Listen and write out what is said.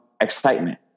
excitement